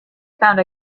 found